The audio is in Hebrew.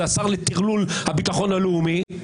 זה "השר לטרלול הביטחון הלאומי",